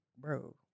bro